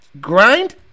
grind